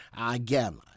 Again